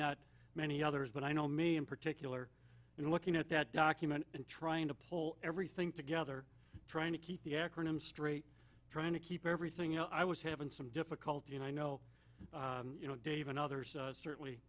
not many others but i know me in particular you know looking at that document and trying to pull everything together trying to keep the acronym straight trying to keep everything you know i was having some difficulty and i know dave and others certainly